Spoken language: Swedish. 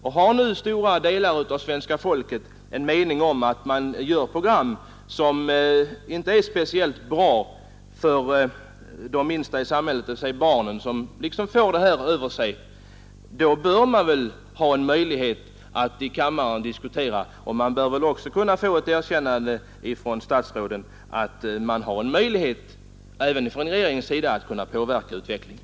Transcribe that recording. Om stora delar av svenska folket har den meningen att det görs program för de minsta i samhället, dvs. barnen, som inte är speciellt bra för dessa, bör man ha en möjlighet att diskutera detta i kammaren. Statsrådet bör väl också kunna erkänna att även regeringen har en möjlighet att påverka utvecklingen.